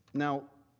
now,